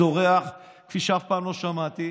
צורח כפי שאף פעם לא שמעתי,